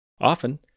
Often